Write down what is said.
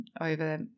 over